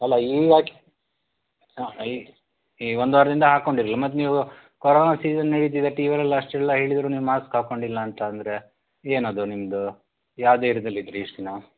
ಅಲ್ಲ ಈಗ ಹಾಕ್ ಹಾಂ ಇ ಈ ಒಂದು ವಾರದಿಂದ ಹಾಕೊಂಡಿರ್ಲಿಲ್ಲ ಮತ್ತು ನೀವು ಕೊರೋನಾ ಸೀಸನ್ ಟಿ ವಿಲ್ಲೆಲ್ಲ ಅಷ್ಟೆಲ್ಲ ಹೇಳಿದ್ದರೂ ನೀವು ಮಾಸ್ಕ್ ಹಾಕ್ಕೊಂಡಿಲ್ಲ ಅಂತ ಅಂದರೆ ಏನದು ನಿಮ್ಮದು ಯಾವ ಧೈರ್ಯದಲ್ಲಿದ್ದಿರಿ ಇಷ್ಟು ದಿನ